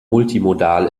multimodal